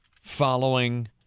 following